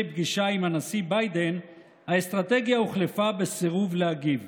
פגישה עם הנשיא ביידן האסטרטגיה הוחלפה בסירוב להגיב.